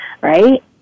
right